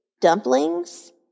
dumplings